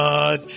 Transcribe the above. God